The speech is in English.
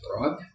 right